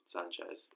Sanchez